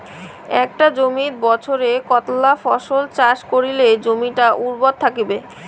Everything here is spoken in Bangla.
একটা জমিত বছরে কতলা ফসল চাষ করিলে জমিটা উর্বর থাকিবে?